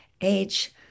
age